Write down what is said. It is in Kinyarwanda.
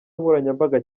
nkoranyambaga